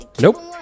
Nope